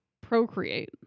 procreate